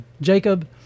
Jacob